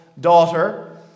daughter